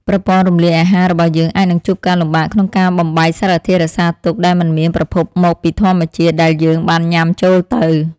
ប្រព័ន្ធរំលាយអាហាររបស់យើងអាចនឹងជួបការលំបាកក្នុងការបំបែកសារធាតុរក្សាទុកដែលមិនមានប្រភពមកពីធម្មជាតិដែលយើងបានញ៉ាំចូលទៅ។